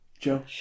Joe